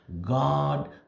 God